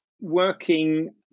working